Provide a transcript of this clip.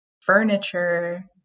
furniture